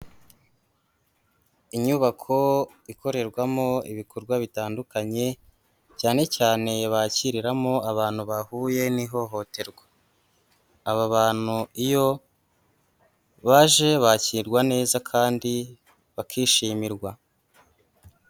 Inyubako ikorerwamo ibikorwa bitandukanye, cyane cyane bakiriramo abantu bahuye n'ihohoterwa, aba bantu iyo baje bakirwa neza kandi bakishimirwa.